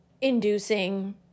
inducing